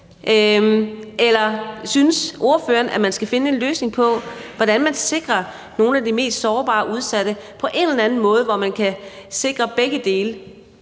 Eller synes ordføreren, at man skal finde en løsning på, hvordan man sikrer nogle af de mest sårbare udsatte på en eller en måde, hvor man kan sikre begge dele?